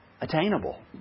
attainable